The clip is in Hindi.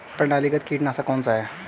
प्रणालीगत कीटनाशक कौन सा है?